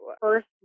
first